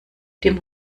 dem